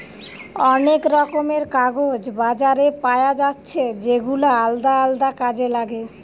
অনেক রকমের কাগজ বাজারে পায়া যাচ্ছে যেগুলা আলদা আলদা কাজে লাগে